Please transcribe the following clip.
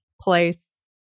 place